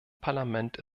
parlament